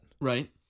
Right